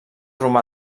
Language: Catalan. romà